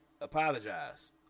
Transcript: apologize